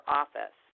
office